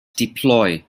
deploy